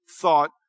thought